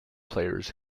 players